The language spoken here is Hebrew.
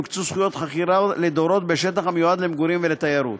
יוקצו זכויות חכירה לדורות בשטח המיועד למגורים ולתיירות.